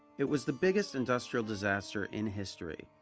it was the biggest industrial disaster in history.